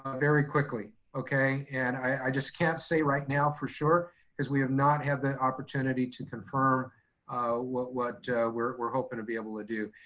ah very quickly. okay? and i just can't say right now for sure because we have not had the opportunity to confirm what what we're hoping to be able to do.